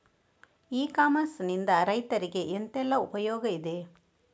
E commerce ನಿಂದ ರೈತರಿಗೆ ಎಂತೆಲ್ಲ ಉಪಯೋಗ ಇದೆ?